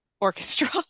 orchestra